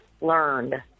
learned